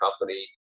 Company